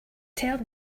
tell